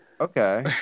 Okay